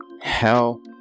hell